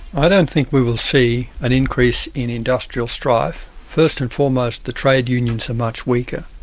i don't think we will see an increase in industrial strife. first and foremost, the trade unions are much weaker,